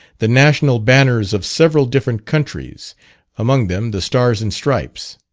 the national banners of several different countries among them, the stars and stripes.